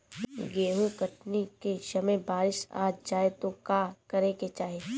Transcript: गेहुँ कटनी के समय बारीस आ जाए तो का करे के चाही?